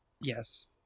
Yes